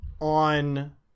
on